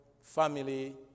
family